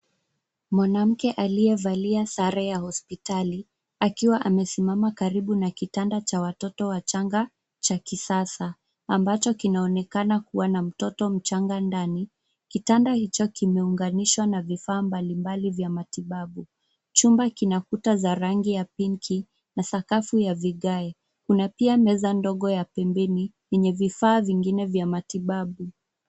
Mwanamke aliyevalia sare ya hospitali akiwa amesimama karibu na kitanda cha watoto wachanga cha kisasa ambacho kinaonekana kuwa na mtoto mchanga ndani . Kitanda hicho kimeunganishwa na vifaa mbalimbali vya matibabu. Chumba kina kuta za rangi ya pinki na sakafu ya vigae. Kuna pia meza ndogo ya pembeni yenye vifaa vingine vya matibabu.